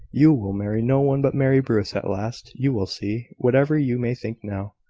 you will marry no one but mary bruce at last, you will see, whatever you may think now.